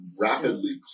rapidly